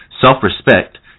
self-respect